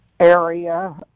area